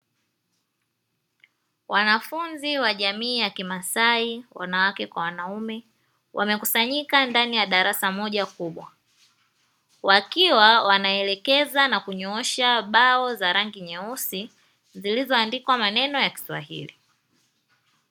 Wanafunzi wa jamii ya kimaasai wanawake kwa wanaume, wamekusanyika ndani ya darasa moja kubwa. Wakiwa wanaelekeza na kunyoosha bao za rangi nyeusi zilizoandikwa maneno ya kiswahili.